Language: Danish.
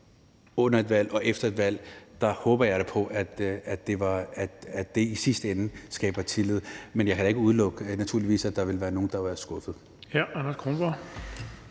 under et valg og efter et valg, taget i betragtning, at det i sidste ende skaber tillid. Men jeg kan da naturligvis ikke udelukke, at der vil være nogle, der vil være skuffede. Kl. 18:10 Den fg.